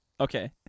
Okay